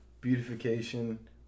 beautification